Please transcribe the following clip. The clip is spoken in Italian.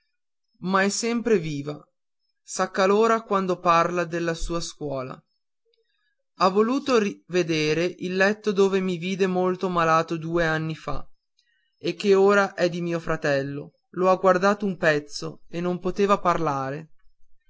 ma è sempre viva s'accalora sempre quando parla della sua scuola ha voluto rivedere il letto dove mi vide molto malato due anni fa e che ora è di mio fratello lo ha guardato un pezzo e non poteva parlare